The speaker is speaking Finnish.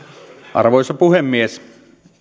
arvoisa puhemies